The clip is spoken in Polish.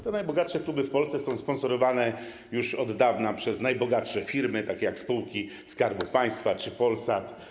Te najbogatsze kluby w Polsce są sponsorowane już od dawna przez najbogatsze firmy, takie jak spółki Skarbu Państwa czy Polsat.